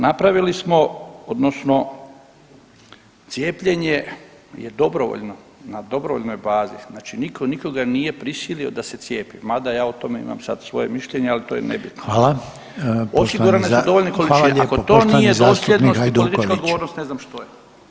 Napravili smo odnosno cijepljenje je dobrovoljno, na dobrovoljnoj bazi, znači nitko nikoga nije prisilio da se cijepi, mada ja o tome imam sad svoje mišljenje, ali to je nebitno [[Upadica: Hvala, poštovani, hvala lijepo, poštovani zastupnik Hajduković]] Osigurane su dovoljne količine, ako to nije dosljednost i politička odgovornost ne znam što je.